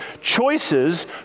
choices